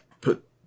put